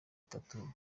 itatu